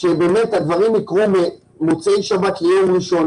שבאמת הדברים יקרו ממוצאי שבת ליום ראשון.